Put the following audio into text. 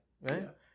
Right